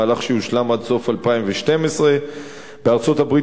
מהלך שיושלם עד סוף 2012. בארצות-הברית